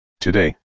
Today